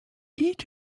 each